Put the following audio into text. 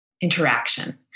interaction